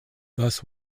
thus